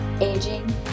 Aging